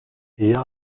eher